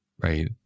Right